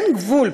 אין גבול,